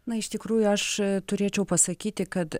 na iš tikrųjų aš turėčiau pasakyti kad